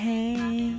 Hey